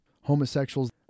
homosexuals